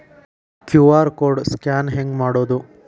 QR code scan ಹೆಂಗ್ ಮಾಡೋದು?